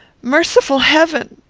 merciful heaven!